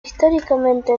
históricamente